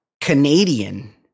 Canadian